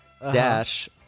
dash